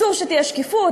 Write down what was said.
אסור שתהיה שקיפות.